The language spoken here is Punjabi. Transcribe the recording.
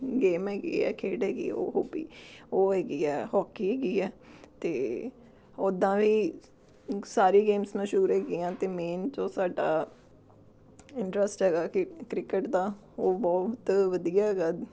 ਗੇਮ ਹੈਗੀ ਆ ਖੇਡ ਹੈਗੀ ਉਹ ਹੋਬੀ ਉਹ ਹੈਗੀ ਆ ਹੋਕੀ ਹੈਗੀ ਹੈ ਅਤੇ ਉੱਦਾਂ ਵੀ ਸਾਰੀ ਗੇਮਸ ਮਸ਼ਹੂਰ ਹੈਗੀਆ ਅਤੇ ਮੇਨ ਜੋ ਸਾਡਾ ਇੰਟਰਸਟ ਹੈਗਾ ਕਿ ਕ੍ਰਿਕਟ ਦਾ ਉਹ ਬਹੁਤ ਵਧੀਆ ਹੈਗਾ